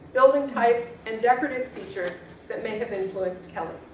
building types, and decorative features that may have influenced kelly.